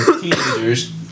teenagers